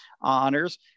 honors